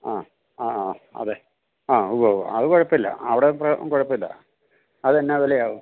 ആ ആആ അതേ ആ ഉവ്വ ഉവ്വ അത് കുഴപ്പമില്ല അവിടെ ഇപ്പ കുഴപ്പമില്ല അത് എന്ത് വില ആകും